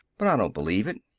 but i don't believe it.